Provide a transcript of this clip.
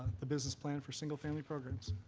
the business plan for single family programs.